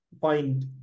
find